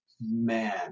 Man